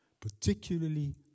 particularly